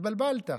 התבלבלת.